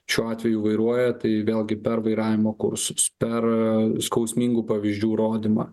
šiuo atveju vairuoja tai vėlgi per vairavimo kursus per skausmingų pavyzdžių rodymą